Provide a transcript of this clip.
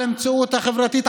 על המציאות החברתית,